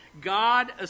God